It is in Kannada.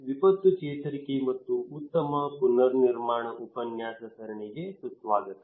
ವಿಪತ್ತು ಚೇತರಿಕೆ ಮತ್ತು ಉತ್ತಮ ಪುನರ್ನಿರ್ಮಾಣ ಉಪನ್ಯಾಸ ಸರಣಿಗೆ ಸುಸ್ವಾಗತ